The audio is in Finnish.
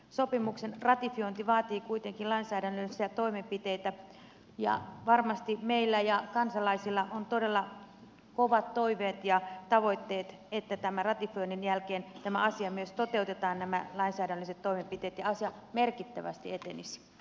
sopimuksen ratifiointi vaatii kuitenkin lainsäädännöllisiä toimenpiteitä ja varmasti meillä ja kansalaisilla on todella kovat toiveet ja tavoitteet että ratifioinnin jälkeen nämä lainsäädännölliset toimenpiteet myös toteutetaan ja asia merkittävästi etenisi